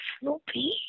Snoopy